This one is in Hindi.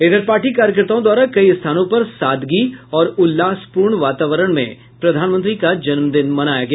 इधर पार्टी कार्यकर्ताओं द्वारा कई स्थानों पर सादगी और उल्लासपूर्ण वातावरण में प्रधानमंत्री का जन्मदिन मनाया गया